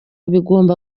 bigomba